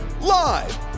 Live